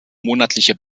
monatliche